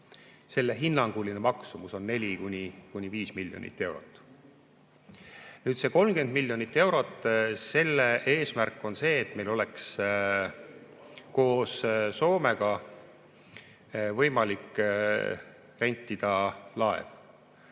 Selle hinnanguline maksumus on 4–5 miljonit eurot. Nüüd see 30 miljonit eurot. Selle eesmärk on see, et meil oleks koos Soomega võimalik rentida laev.